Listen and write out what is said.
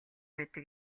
байдаг